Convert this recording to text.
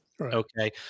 Okay